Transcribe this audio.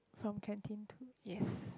from canteen two yes